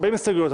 40 הסתייגויות,